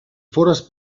fores